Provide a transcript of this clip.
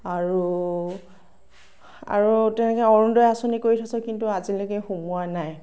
আৰু আৰু তেনেকৈ অৰুণোদয় আচঁনি কৰি থৈছোঁ কিন্তু আজিলৈকে সোমোৱা নাই